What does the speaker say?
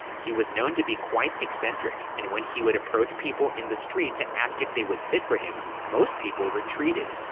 he was known to be quote eccentric, and when he would approach people in the street to ask if they would sit for him, most people retreated.